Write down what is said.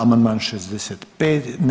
Amandman 65.